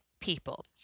people